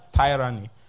tyranny